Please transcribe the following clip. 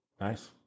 Nice